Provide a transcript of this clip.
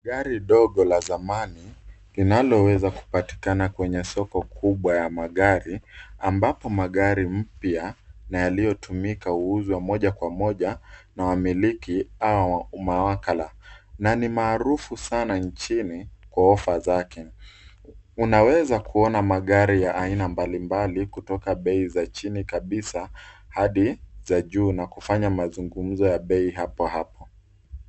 Gari dogo la zamani linaloweza kupatikana kwenye soko kubwa ya magari, ambapo magari mpya na yaliyotumika huuzwa moja kwa moja na wamiliki hao umawakala na ni maarufu sana nchini kwa ofa zake. unaweza kuona magari ya aina mbalimbali kutoka bei za chini kabisa hadi za juu na kufanya mazungumzo ya bei hapo hapo.